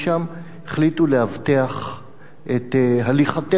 החליטו לאבטח את הליכתנו על ההר,